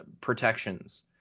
protections